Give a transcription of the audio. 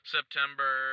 September